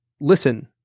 listen